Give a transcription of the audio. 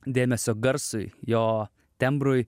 dėmesio garsui jo tembrui